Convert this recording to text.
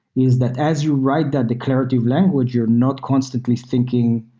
is that as you write that declarative language, you're not constantly thinking,